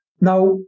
Now